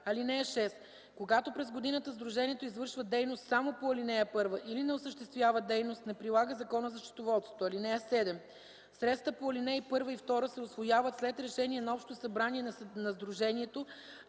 (6) Когато през годината сдружението извършва дейност само по ал. 1 или не осъществява дейност, не прилага Закона за счетоводството. (7) Средствата по ал. 1 и 2 се усвояват след решение на Общото събрание на сдружението,